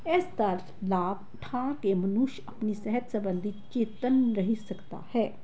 ਇਸ ਦਾ ਲਾਭ ਉਠਾ ਕੇ ਮਨੁੱਖ ਆਪਣੀ ਸਿਹਤ ਸਬੰਧੀ ਚੇਤਨ ਰਾਹੀਂ ਸਕਤਾ ਹੈ